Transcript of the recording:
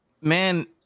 man